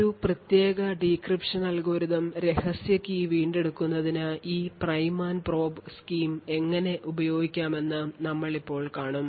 ഒരു പ്രത്യേക decryption algorithm രഹസ്യ കീ വീണ്ടെടുക്കുന്നതിന് ഈ പ്രൈം ആൻഡ് പ്രോബ് സ്കീം എങ്ങനെ ഉപയോഗിക്കാമെന്ന് ഇപ്പോൾ ഞങ്ങൾ കാണും